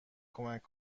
کمک